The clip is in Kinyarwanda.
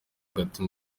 hagati